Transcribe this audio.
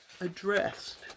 addressed